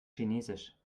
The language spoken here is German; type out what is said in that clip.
chinesisch